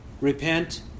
Repent